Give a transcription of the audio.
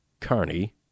Carney